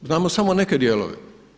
Znamo samo neke dijelove.